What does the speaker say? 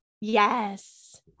Yes